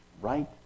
Right